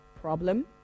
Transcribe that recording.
problem